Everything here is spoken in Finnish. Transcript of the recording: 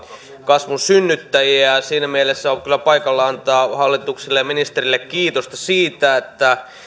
kasvun synnyttäjiä siinä mielessä on kyllä paikallaan antaa hallitukselle ja ministerille kiitosta siitä että